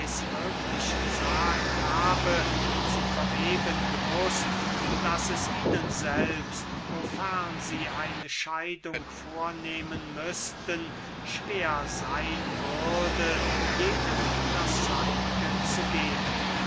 wirklich gesagt habe zu verweben gewußt daß es ihnen selbst wofern sie eine scheidung vornehmen müßten schwer seyn würde jedem das seinige zu geben